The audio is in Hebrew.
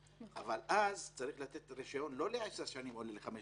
אבל אז צריך לתת רישיון לחמש שנים או לעשר שנים,